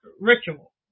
ritual